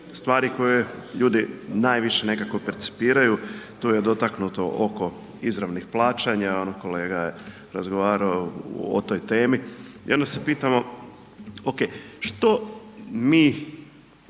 stvari koje ljudi najviše nekako percipiraju, tu je dotaknuto oko izravnih plaćanja, kolega je razgovarao o toj temi i onda se pitamo, okej,